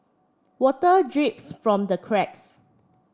water drips from the cracks